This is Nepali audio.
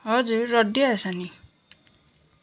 हजुर रड्डी आएछ नि